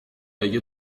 اگه